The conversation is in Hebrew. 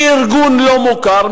כארגון לא מוכר?